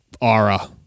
aura